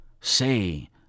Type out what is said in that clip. say